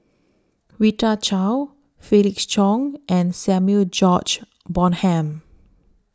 Rita Chao Felix Cheong and Samuel George Bonham